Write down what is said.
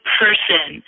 person